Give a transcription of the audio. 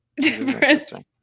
difference